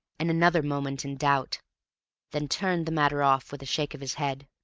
and another moment in doubt then turned the matter off with a shake of his head,